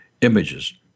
images